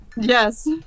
Yes